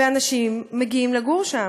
ואנשים מגיעים לגור שם.